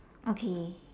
okay